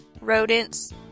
rodents